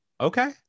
Okay